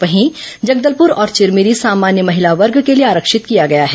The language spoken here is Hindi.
वहीं जगदलपुर और चिरमिरी सामान्य महिला वर्ग के लिए आरंक्षित किया गया है